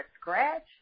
scratch